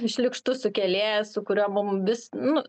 šlykštus sukėlėjas su kuriuo mum vis nu